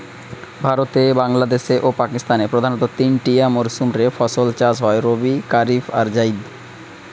ভারতে, বাংলাদেশে ও পাকিস্তানে প্রধানতঃ তিনটিয়া মরসুম রে ফসল চাষ হয় রবি, কারিফ আর জাইদ